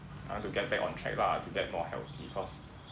I want to get back on track lah to get more healthy cause